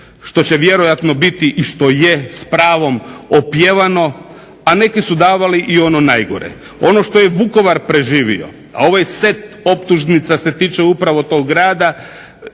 što će vjerojatno biti i što je s pravom opjevano, a neki su davali i ono najgore. Ono što je Vukovar preživio, a ovaj set optužnica se tiče upravo tog grada,